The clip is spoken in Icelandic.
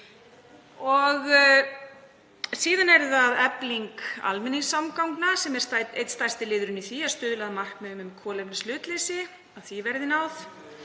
Síðan er það efling almenningssamgangna sem er einn stærsti liðurinn í því að stuðla að markmiðum um kolefnishlutleysi, að því verði náð.